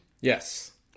Yes